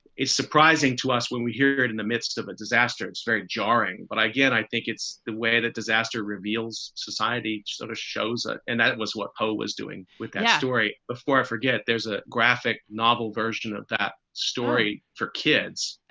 it's surprising to us when we hear it in the midst of a disaster, it's very jarring. but i again, i think it's the way that disaster reveals society sort of shows up. and that was what i was doing with that story. before i forget, there's a graphic novel version of that story for kids,